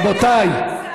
רבותיי,